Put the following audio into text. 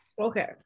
Okay